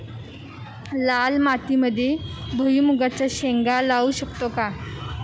लाल मातीमध्ये भुईमुगाच्या शेंगा लावू शकतो का?